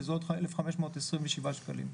שזה עוד 1,527 שקלים.